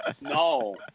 No